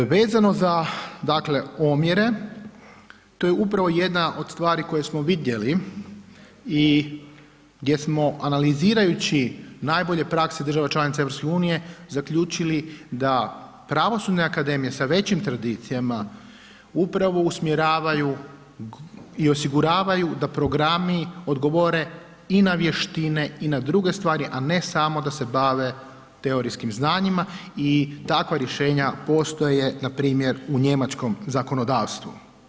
Vezano za, dakle, omjere, to je upravo jedna od stvari koje smo vidjeli i gdje smo analizirajući najbolje prakse država članica EU, zaključili da pravosudne akademije sa većim tradicijama upravo usmjeravaju i osiguravaju da programi odgovore i na vještine i na druge stvari, a ne samo da se bave teorijskim znanjima i takva rješenja postoje npr. u njemačkom zakonodavstvu.